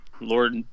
Lord